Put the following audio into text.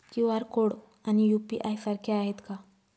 QR code आणि UPI सारखे आहेत का?